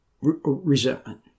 resentment